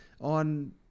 on